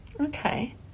okay